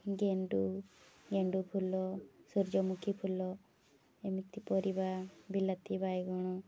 ଗେଣ୍ଡୁ ଗେଣ୍ଡୁ ଫୁଲ ସୂର୍ଯ୍ୟମୁଖୀ ଫୁଲ ଏମିତି ପରିବା ବିଲାତି ବାଇଗଣ